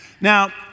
now